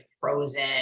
frozen